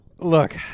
Look